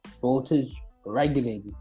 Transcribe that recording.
voltage-regulated